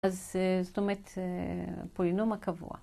אז זאת אומרת, פולינום הקבוע.